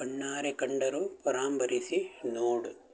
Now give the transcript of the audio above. ಕಣ್ಣಾರೆ ಕಂಡರೂ ಪರಾಂಬರಿಸಿ ನೋಡು